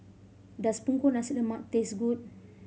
does Punggol Nasi Lemak taste good